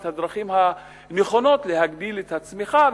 את הדרכים הנכונות להגדיל את הצמיחה,